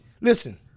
listen